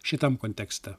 šitam kontekste